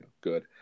good